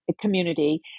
community